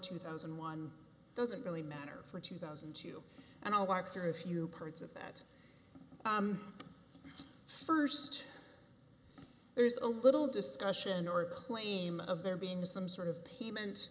two thousand and one doesn't really matter for two thousand and two and i'll walk through a few parts of that first there's a little discussion or claim of there being some sort of payment